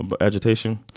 Agitation